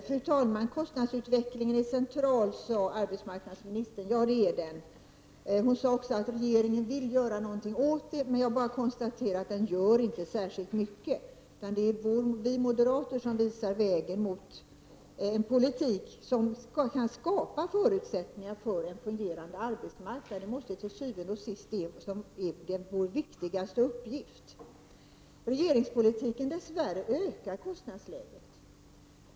Fru talman! Arbetsmarknadsministern sade att kostnadsutvecklingen är av central betydelse, och det är den. Hon sade också att regeringen vill göra någonting åt kostnadsutvecklingen, men jag kan bara konstatera att regeringen inte gör särskilt mycket. Det är vi moderater som visar vägen mot en politik som kan skapa förutsättningar för en fungerande arbetsmarknad — det måste til syvende og sidst vara den viktigaste uppgiften. Med den politik som regeringen för ökar dess värre kostnadsläget.